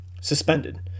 suspended